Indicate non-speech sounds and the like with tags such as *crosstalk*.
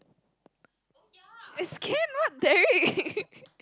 is Ken not Derrick *laughs*